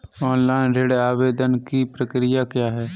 Online ऋण आवेदन की प्रक्रिया क्या है?